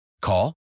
Call